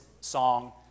song